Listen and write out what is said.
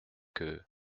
que